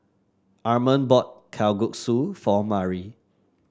Armond bought Kalguksu for Mari